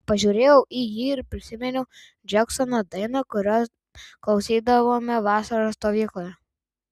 pažiūrėjau į jį ir prisiminiau džeksono dainą kurios klausydavome vasaros stovykloje